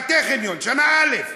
בטכניון, שנה א'.